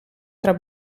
tra